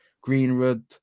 Greenwood